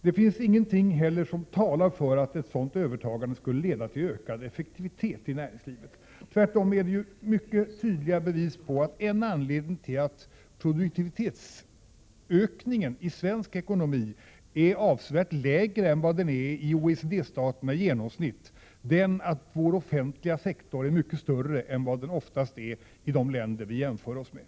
Det finns ingenting heller som talar för att ett sådant övertagande skulle leda till ökad mycket större än den ofta är i de länder vi jämför oss med.